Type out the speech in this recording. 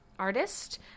artist